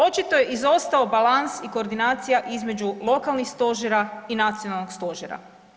Očito je izostao balans i koordinacija između lokalnih stožera i nacionalnog stožera.